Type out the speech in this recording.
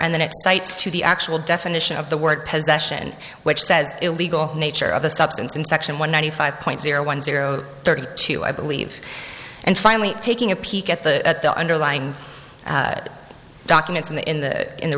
cites to the actual definition of the word possession which says illegal nature of a substance in section one ninety five point zero one zero thirty two i believe and finally taking a peek at the at the underlying documents in the in the in the